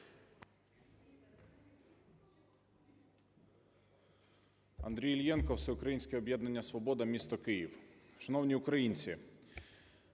Андрій Іллєнко, Всеукраїнське об'єднання "Свобода", місто Київ. Шановні українці,